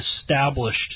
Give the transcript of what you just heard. established –